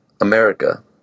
America